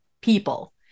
people